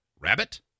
rabbit